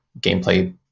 gameplay